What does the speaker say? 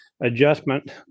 adjustment